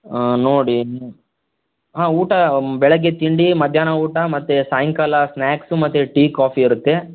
ನೋಡಿ ಹಾಂ ಊಟ ಬೆಳಿಗ್ಗೆ ತಿಂಡಿ ಮಧ್ಯಾಹ್ನ ಊಟ ಮತ್ತು ಸಾಯಂಕಾಲ ಸ್ನಾಕ್ಸು ಮತ್ತು ಟೀ ಕಾಫಿ ಇರುತ್ತೆ